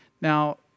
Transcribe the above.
Now